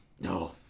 No